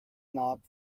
knot